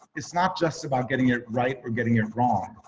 it's not just about getting it right or getting it wrong.